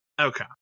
Okay